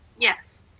Yes